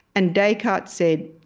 and descartes said